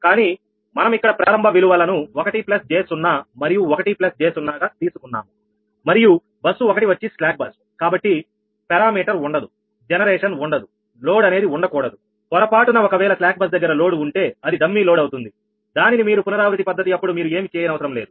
కానీ మనం ఇక్కడ ప్రారంభ విలువలను 1 j 0 మరియు 1 j 0 గా తీసుకున్నాము మరియు బస్సు ఒకటి వచ్చి స్లాక్ బస్కాబట్టి పారామీటర్ ఉండదుజనరేషన్ ఉండదులోడ్ అనేది ఉండకూడదుపొరపాటున ఒకవేళ స్లాక్ బస్ దగ్గర లోడు ఉంటేఅది డమ్మీ లోడ్ అవుతుంది దానిని మీరు పునరావృతి పద్ధతి అప్పుడు మీరు ఏమీ చేయనవసరం లేదు